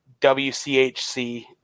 WCHC